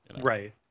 Right